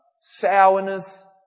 sourness